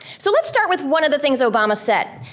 so let's start with one of the things obama said.